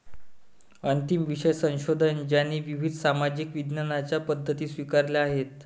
अंतिम विषय संशोधन ज्याने विविध सामाजिक विज्ञानांच्या पद्धती स्वीकारल्या आहेत